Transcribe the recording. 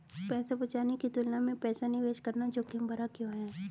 पैसा बचाने की तुलना में पैसा निवेश करना जोखिम भरा क्यों है?